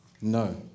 No